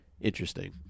interesting